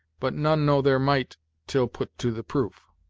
but none know their might till put to the proof.